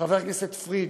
חבר הכנסת פריג',